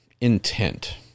intent